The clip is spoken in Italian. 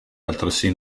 altresì